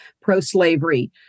pro-slavery